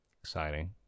Exciting